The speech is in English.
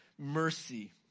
mercy